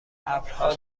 ابرها